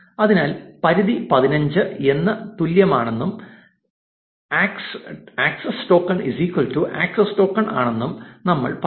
അതിനാൽ പരിധി 15 എന്ന് തുല്യമാണെന്നും ആക്സസ് ടോക്കൺ ആക്സസ് ടോക്കൺ ആണെന്നും നമ്മൾ പറയും